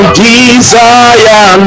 desire